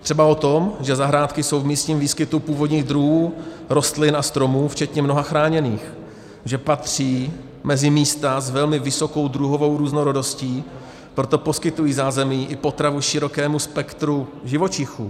Třeba o tom, že zahrádky jsou místem výskytu původních druhů rostlin a stromů včetně mnoha chráněných, že patří mezi místa s velmi vysokou druhovou různorodostí, proto poskytují zázemí i potravu širokému spektru živočichů.